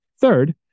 Third